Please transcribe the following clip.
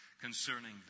concerning